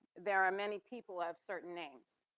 there are many people have certain names,